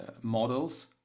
models